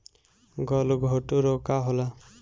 गलघोटू रोग का होला?